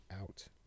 out